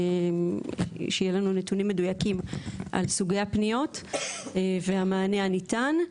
שיהיה לנו נתונים מדויקים על סוגי הפניות והמענה הניתן.